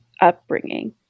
upbringing